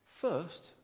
First